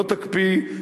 שלא תקפיא,